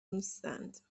نیستند